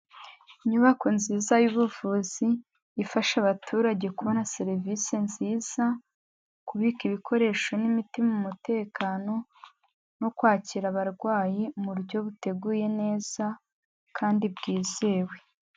Inyubako nziza y'ubuvuzi ifasha abaturage kubona serivisi nziza, kubika ibikoresho n'imiti mu mutekano no kwakira abarwayi mu buryo buteguye neza kandi bwizewe.